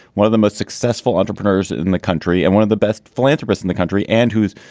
one of the most successful entrepreneurs in the country and one of the best philanthropists in the country and who's,